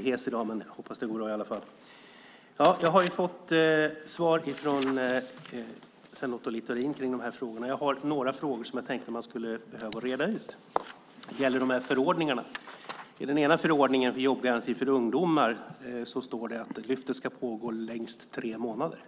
Herr talman! Jag har här fått svar från Sven Otto Littorin. Men några saker skulle behöva redas ut. Det gäller ett par förordningar. I den ena förordningen, den om en jobbgaranti för ungdomar, står det att Lyftet ska pågå i längst tre månader.